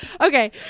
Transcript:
okay